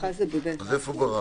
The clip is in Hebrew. ללכת להדביק את כל החתונה?